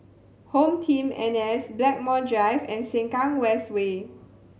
HomeTeam N S Blackmore Drive and Sengkang West Way